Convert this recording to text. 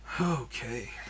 Okay